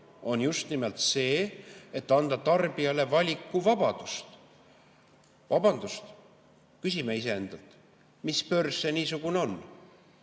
on just nimelt see, et anda tarbijale valikuvabadus. Küsime endalt, mis börs see niisugune on.